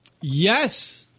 yes